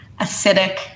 acidic